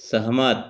सहमत